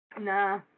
Nah